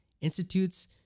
institutes